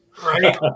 Right